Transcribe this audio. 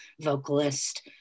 vocalist